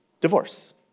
Divorce